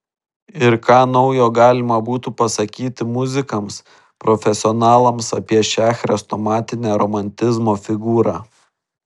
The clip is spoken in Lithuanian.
ir ką naujo galima būtų pasakyti muzikams profesionalams apie šią chrestomatinę romantizmo figūrą